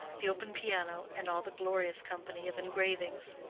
the open piano, and all the glorious company of engravings.